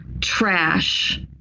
trash